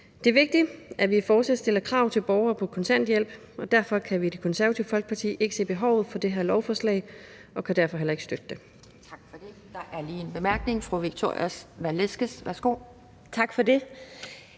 Det er vigtigt, at vi fortsat stiller krav til borgere på kontanthjælp, og derfor kan vi i Det Konservative Folkeparti ikke se behovet for det her lovforslag og kan derfor heller ikke støtte det.